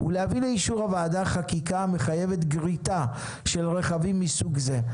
ולהביא לאישור הוועדה חקיקה המחייבת גריטה של רכבים מסוג זה.